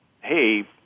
hey